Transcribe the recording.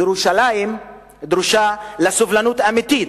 ירושלים, דרושה לה סובלנות אמיתית,